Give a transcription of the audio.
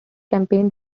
campaign